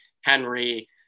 Henry